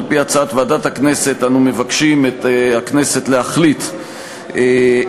על-פי הצעת ועדת הכנסת אנו מבקשים מאת הכנסת להחליט ולאשר